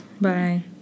Bye